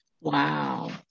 Wow